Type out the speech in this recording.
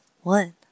one